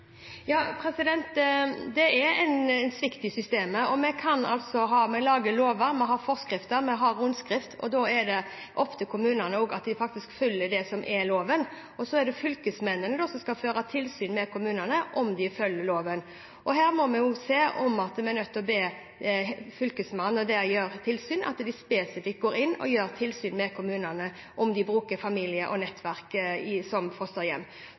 Det er en svikt i systemet. Vi lager lover, vi har forskrifter, vi har rundskriv, og da er det opp til kommunene å følge loven. Så er det fylkesmennene som skal føre tilsyn med kommunene om hvorvidt de følger loven. Her må vi se på om vi er nødt til å be fylkesmennene, når de fører tilsyn, om at de spesifikt går inn og fører tilsyn med kommunene om hvorvidt de bruker familie og nettverk som fosterhjem.